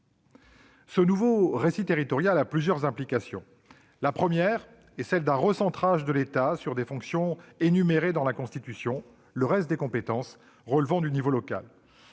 Ce nouveau récit territorial a plusieurs implications, à commencer par un recentrage de l'État sur des fonctions énumérées dans la Constitution, les autres compétences relevant du niveau local.